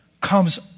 comes